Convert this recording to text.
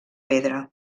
pedra